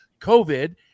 covid